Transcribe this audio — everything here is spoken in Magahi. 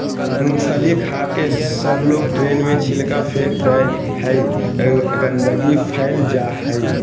मूँगफली खाके सबलोग ट्रेन में छिलका फेक दे हई, गंदगी फैल जा हई